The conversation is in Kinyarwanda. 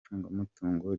icungamutungo